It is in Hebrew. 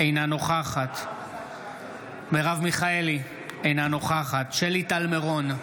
אינה נוכחת מרב מיכאלי, אינה נוכחת שלי טל מירון,